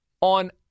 on